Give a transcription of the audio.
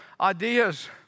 ideas